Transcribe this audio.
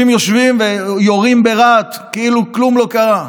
אנשים יושבים ויורים ברהט כאילו כלום לא קרה.